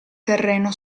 terreno